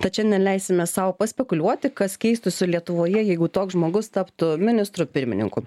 tad šiandien leisime sau paspekuliuoti kas keistųsi lietuvoje jeigu toks žmogus taptų ministru pirmininku